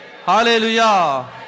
Hallelujah